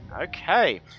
Okay